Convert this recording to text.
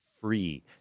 free